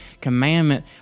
commandment